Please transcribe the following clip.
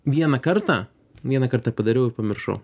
vieną kartą vieną kartą padariau ir pamiršau